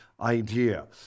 idea